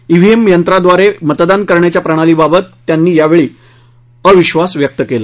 EVM यंत्राद्वारे मतदान करण्याच्या प्रणालीबद्दल त्यांनी यावेळी अविधास व्यक्त केला